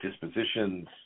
dispositions